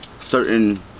certain